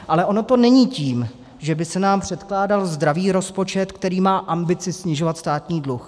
Ale ono to není tím, že by se nám předkládal zdravý rozpočet, který má ambice snižovat státní dluh.